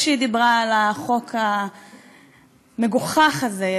כשהיא דיברה על החוק המגוחך הזה,